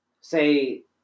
say